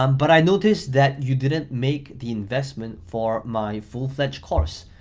um but i noticed that you didn't make the investment for my full fledge course.